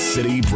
City